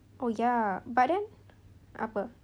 oh ya but then apa